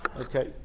Okay